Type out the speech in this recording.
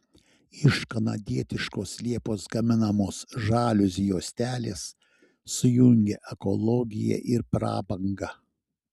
iš kanadietiškos liepos gaminamos žaliuzių juostelės sujungia ekologiją ir prabangą